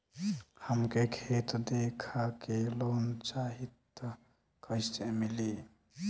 हमके खेत देखा के लोन चाहीत कईसे मिली?